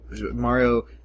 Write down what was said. Mario